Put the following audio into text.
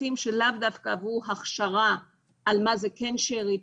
צוותים שלאו דווקא עברו הכשרה של מה זה כן שארית